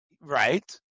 Right